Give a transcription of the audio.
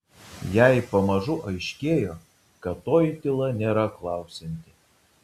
jai pamažu aiškėjo kad toji tyla nėra klausianti